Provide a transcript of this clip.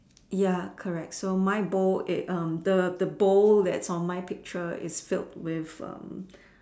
ya correct so my bowl eh um the the bowl that's on my picture is filled with um